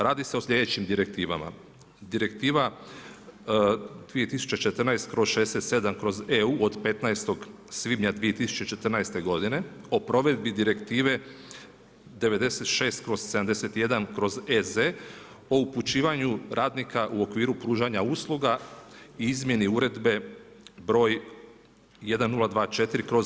Radi se o sljedećim direktivama, Direktiva 2014/67/EU od 15. svibnja 2014. godine o provedbi Direktive 96/71/EZ o upućivanju radnika u okviru pružanja usluga i izmjeni Uredbe br. 1024/